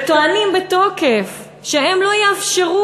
וטוענים בתוקף שהם לא יאפשרו,